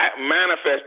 manifest